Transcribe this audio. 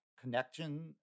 connection